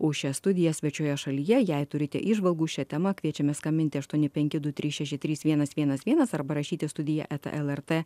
už šias studijas svečioje šalyje jei turite įžvalgų šia tema kviečiame skambinti aštuoni penki du trys šeši trys vienas vienas vienas arba rašyti studija eta lrt